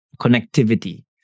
connectivity